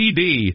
PD